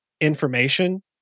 information